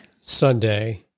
Sunday